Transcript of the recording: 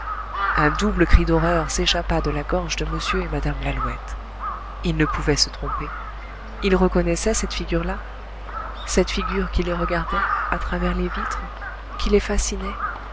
un double cri d'horreur s'échappa de la gorge de m et mme lalouette ils ne pouvaient se tromper ils reconnaissaient cette figure-là cette figure qui les regardait à travers les vitres qui les fascinait